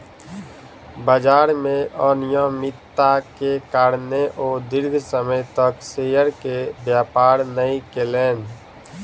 बजार में अनियमित्ता के कारणें ओ दीर्घ समय तक शेयर के व्यापार नै केलैन